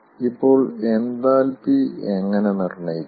ഇപ്പോൾ എന്താൽപ്പി എങ്ങനെ നിർണ്ണയിക്കും